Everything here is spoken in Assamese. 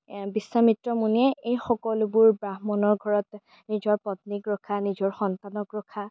বিশ্বামিত্ৰ মুনিয়ে এই সকলোবোৰ ব্ৰাহ্মণৰ ঘৰত নিজৰ পত্নীক ৰখা নিজৰ সন্তানক ৰখা